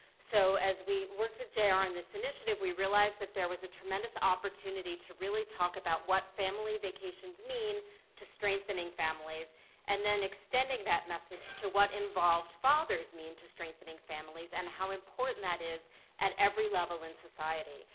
so as we worked with j r. on this initiative, we realized that there was a tremendous opportunity to really talk about what family vacations mean to strengthening families and then extending that message to what involved fathers mean to strengthening families and how important that is at every level in society.